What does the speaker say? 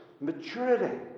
maturity